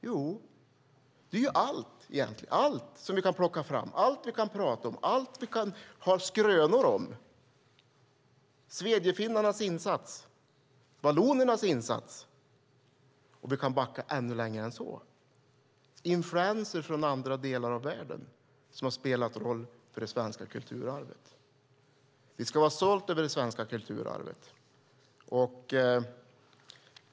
Jo, det är allt som vi kan plocka fram, allt vi kan prata om och allt vi kan ha skrönor om. Det är svedjefinnarnas insats och vallonernas insats. Och vi kan backa ännu längre än så. Det är influenser från andra delar av världen som har spelat roll för det svenska kulturarvet. Vi ska vara stolta över det svenska kulturarvet.